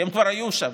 כי הם כבר היו שם,